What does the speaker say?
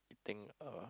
eating a